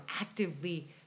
actively